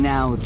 Now